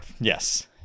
Yes